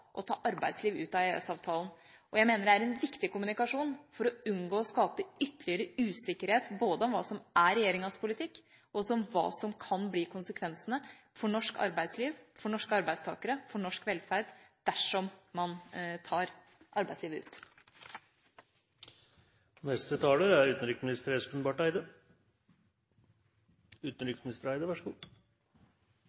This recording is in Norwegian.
å ta arbeidsliv ut av EØS-avtalen. Jeg mener det er en viktig kommunikasjon for å unngå å skape ytterligere usikkerhet om både hva som er regjeringas politikk, og hva som kan bli konsekvensene for norsk arbeidsliv, for norske arbeidstakere og for norsk velferd dersom man tar arbeidslivet